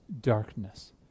darkness